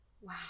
wow